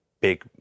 big